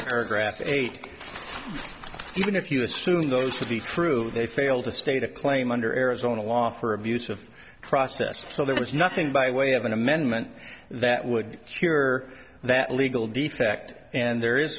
paragraph eight even if you assume those to be true they fail to state a claim under arizona law for abuse of process so there was nothing by way of an amendment that would cure that legal defect and there is